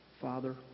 Father